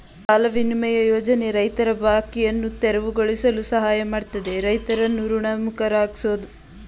ಸಾಲ ವಿನಿಮಯ ಯೋಜನೆ ರೈತರ ಬಾಕಿಯನ್ನು ತೆರವುಗೊಳಿಸಲು ಸಹಾಯ ಮಾಡ್ತದೆ ರೈತರನ್ನು ಋಣಮುಕ್ತರಾಗ್ಸೋದು ಗುರಿಯಾಗಿದೆ